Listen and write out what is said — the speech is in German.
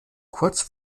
kurz